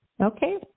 Okay